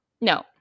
no